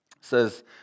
says